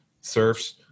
surfs